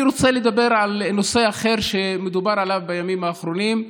אני רוצה לדבר על נושא אחר שמדובר עליו בימים האחרונים,